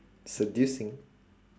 seducing